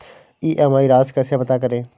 EMI राशि कैसे पता करें?